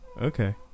Okay